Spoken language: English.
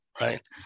right